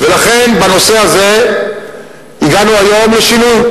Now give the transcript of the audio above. ולכן, בנושא הזה הגענו היום לשינוי.